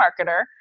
marketer